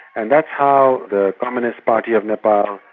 and that's how the communist party of nepal,